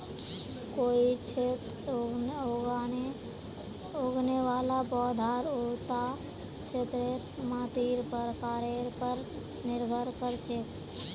कोई क्षेत्रत उगने वाला पौधार उता क्षेत्रेर मातीर प्रकारेर पर निर्भर कर छेक